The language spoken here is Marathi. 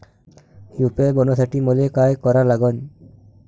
यू.पी.आय बनवासाठी मले काय करा लागन?